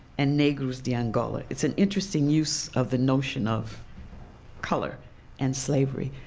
and negros de angola. it's an interesting use of the notion of color and slavery.